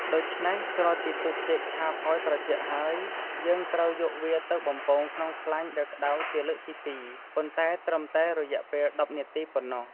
ដូច្នេះ ក្រោយពីទុកចេកឆាបឲ្យត្រជាក់ហើយ យើងត្រូវយកវាទៅបំពងក្នុងខ្លាញ់ដែលក្ដៅជាលើកទីពីរ ប៉ុន្តែត្រឹមតែរយៈពេល១០នាទីប៉ុណ្ណោះ។